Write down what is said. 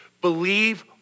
Believe